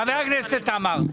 חבר הכנסת עמאר,